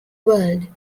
world